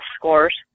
scores